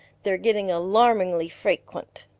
they're getting alarmingly frequent.